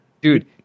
Dude